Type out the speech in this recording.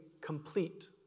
complete